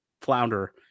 flounder